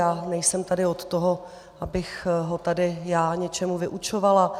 Já nejsem tady od toho, abych ho tady já něčemu vyučovala.